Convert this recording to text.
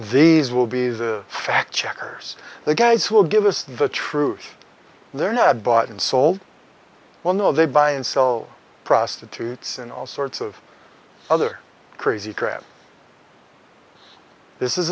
these will be fact checkers the guys who will give us the truth they're not bought and sold well no they buy and sell prostitutes and all sorts of other crazy crap this is